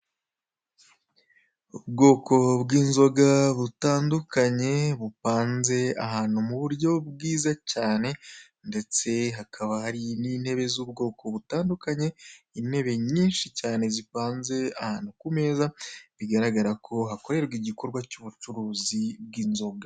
Ubwoko bw'inzoga butandukanye, bupanze ahantu mu buryo bwiza cyane, ndetse hakaba hari n'intebe z'ubwoko butandakanye, intebe nyinshi cyane zipanze ahantu ku meza, bigaragara ko hakorerwa igikorwa cy'ubucuruzi bw'inzoga.